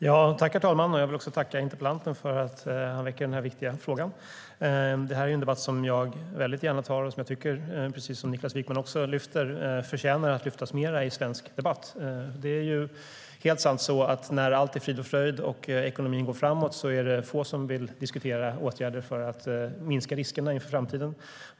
Herr talman! Jag vill tacka interpellanten för att han väcker denna viktiga fråga. Det här är ju en debatt som jag väldigt gärna tar och som - precis om Niklas Wykman säger - förtjänar att lyftas fram mer i svensk debatt. När allt är frid och fröjd och ekonomin går framåt är det få som vill diskutera åtgärder för att minska riskerna inför framtiden.